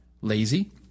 Lazy